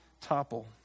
topple